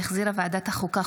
שהחזירה ועדת החוקה,